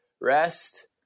rest